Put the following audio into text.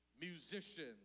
musicians